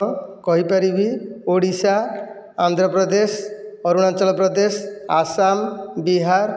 କହିପାରିବି ଓଡ଼ିଶା ଆନ୍ଧ୍ରପ୍ରଦେଶ ଅରୁଣାଞ୍ଚଳପ୍ରଦେଶ ଆସାମ ବିହାର